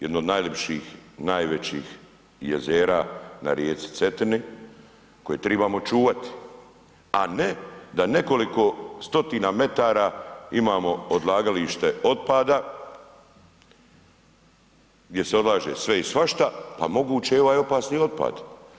Jedno od najljepših, najvećih jezera na rijeci Cetini, koje trebamo čuvati, a ne da nekoliko stotina metara imamo odlagalište otpada gdje se odlaže sve i svašta, a moguće i ovaj opasni otpad.